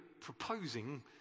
proposing